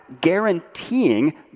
guaranteeing